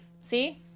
See